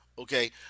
okay